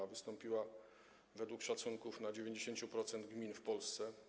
A wystąpiła, według szacunków, w 90% gmin w Polsce.